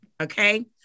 okay